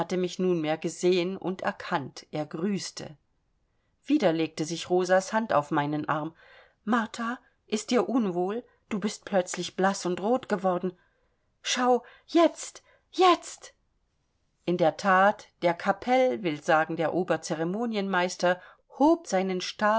mich nunmehr gesehen und erkannt er grüßte wieder legte sich rosas hand auf meinen arm martha ist dir unwohl du bist plötzlich blaß und rot geworden schau jetzt jetzt in der that der kapell will sagen der oberceremonienmeister hob seinen stab